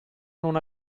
non